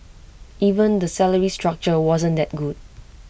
even the salary structure wasn't that good